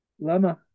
lama